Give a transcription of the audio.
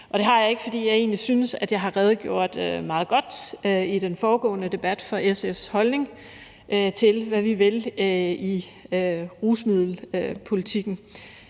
og det har jeg ikke, fordi jeg egentlig synes, at jeg har redegjort meget godt i den forrige debat for SF's holdning til, hvad vi vil i rusmiddelpolitikken.